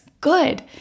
good